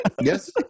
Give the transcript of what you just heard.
Yes